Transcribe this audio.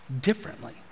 differently